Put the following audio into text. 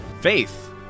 Faith